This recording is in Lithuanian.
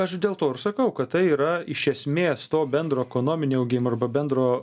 aš dėl to ir sakau kad tai yra iš esmės to bendro ekonominio augimo arba bendro